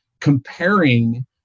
comparing